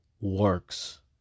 works